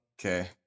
Okay